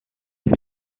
für